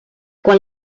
quan